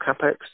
capex